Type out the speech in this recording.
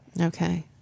Okay